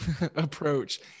approach